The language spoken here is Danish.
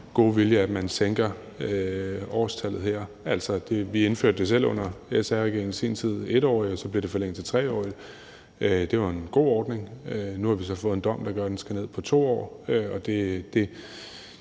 gode vilje, at man sænker antallet af år. Vi indførte selv under SR-regeringen i sin tid 1 år, og så blev det forlænget til 3 år. Det var en god ordning. Nu har vi så fået en dom, der gør, at den skal ned på 2 år.